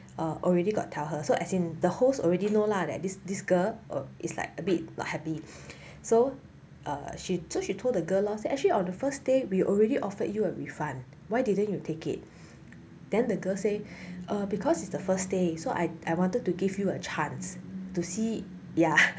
err already got tell her so as in the host already know lah that this this girl or is like a bit not happy so err she told the girl lor actually on the first day we already offered you a refund why didn't you take it then the girl say err because it's the first day so I I wanted to give you a chance to see ya